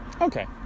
okay